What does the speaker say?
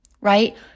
right